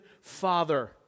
Father